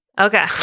Okay